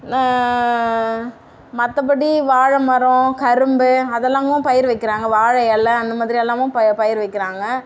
மற்றபடி வாழைமரம் கரும்பு அதெல்லாமும் பயிர் வைக்கிறாங்க வாழை எலை அந்த மாதிரி எல்லாமும் ப பயிர் வைக்கிறாங்க